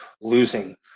losing